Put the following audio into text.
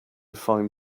find